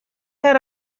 had